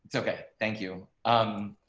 so okay, thank you. um,